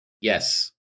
Yes